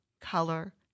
color